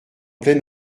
plein